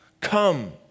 Come